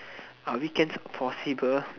are weekends possible